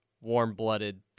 warm-blooded